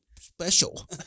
special